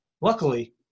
Luckily